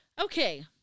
Okay